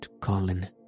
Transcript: Colin